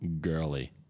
girly